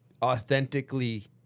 authentically